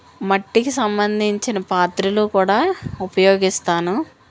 మట్టికి సంబంధించిన పాత్రలు కూడా ఉపయోగిస్తాను